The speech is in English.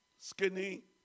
skinny